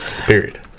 Period